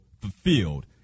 fulfilled